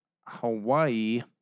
Hawaii